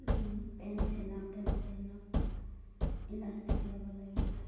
pant চিলাওঁতে পেণ্টত elastic ল'ব লাগে